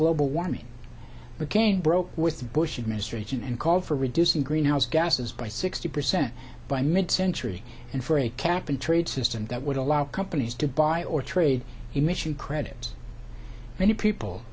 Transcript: global warming mccain broke with the bush administration and called for reducing greenhouse gases by sixty percent by mid century and for a cap and trade system that would allow companies to buy or trade emission credits and the people